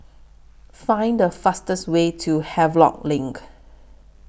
Find The fastest Way to Havelock LINK